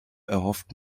erhofft